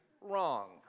wrong